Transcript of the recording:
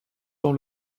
dans